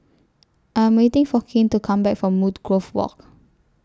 I Am waiting For Kane to Come Back from Woodgrove Walk